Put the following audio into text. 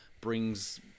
Brings